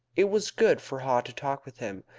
it was good for haw to talk with him,